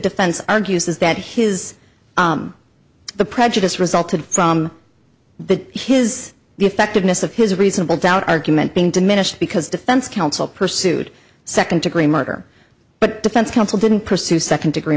defense argues is that his the prejudice resulted from that his the effectiveness of his reasonable doubt argument being diminished because defense counsel pursued second degree murder but defense counsel didn't pursue second degree